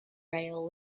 rail